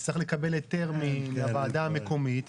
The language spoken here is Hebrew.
צריך לקבל היתר מהוועדה המקומית,